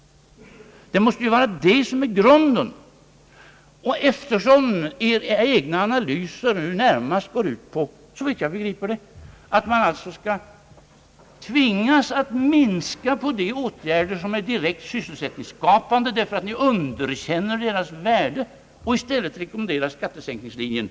Det måste vara grunden. Era egna analyser går närmast, såvitt jag förstår, ut på att man skall tvingas minska de åtgärder, som är direkt sysselsättningsskapande, därför att ni underkänner deras värde och i stället rekommenderar skattesänkningslinjen.